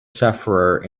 sufferer